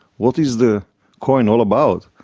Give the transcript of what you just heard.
what is the coin all about?